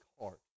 heart